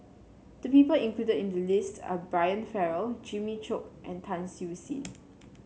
the people included in the list are Brian Farrell Jimmy Chok and Tan Siew Sin